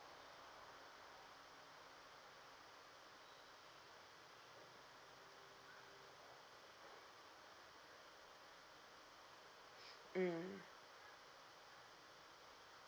mm